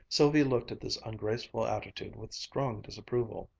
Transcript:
sylvia looked at this ungraceful attitude with strong disapproval.